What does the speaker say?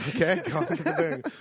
Okay